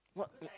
what uh